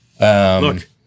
Look